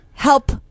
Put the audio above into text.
help